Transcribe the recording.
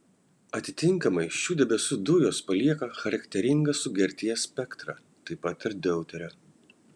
atitinkamai šių debesų dujos palieka charakteringą sugerties spektrą taip pat ir deuterio